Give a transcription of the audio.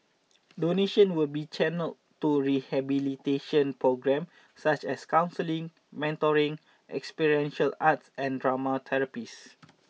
donations will be channelled to rehabilitation programme such as counselling mentoring experiential art and drama therapies